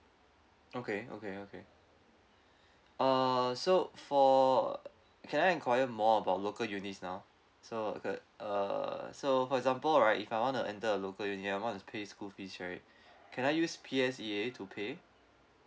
okay okay okay uh so for can I inquire more about local unis now so that uh so for example right if I wanna enter a local uni I wanna pay school fees right can I use P_S_E_A to pay